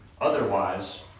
Otherwise